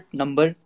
number